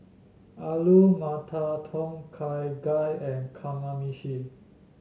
Alu Matar Tom Kha Gai and Kamameshi